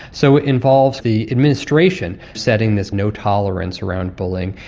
so it involves the administration setting this no tolerance around bullying,